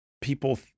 People